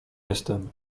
jestem